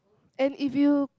and if you